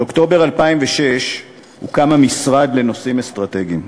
באוקטובר 2006 הוקם המשרד לנושאים אסטרטגיים.